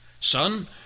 Son